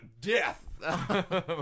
death